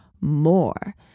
more